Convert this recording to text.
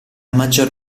maggior